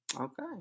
Okay